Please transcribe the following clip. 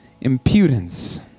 impudence